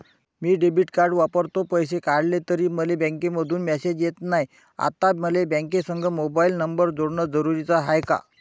मी debit card वापरतो, पैसे काढले तरी मले बँकेमंधून मेसेज येत नाय, आता मले बँकेसंग मोबाईल नंबर जोडन जरुरीच हाय का?